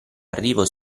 arrivo